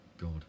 God